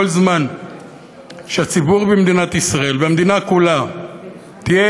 כל זמן שהציבור במדינת ישראל והמדינה כולה יהיו